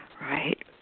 right